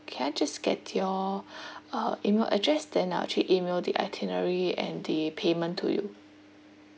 can I just get your uh email address then I will actually email the itinerary and the payment to you